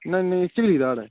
नेईं नेईं चिली दाढ़ ऐ